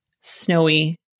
snowy